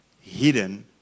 hidden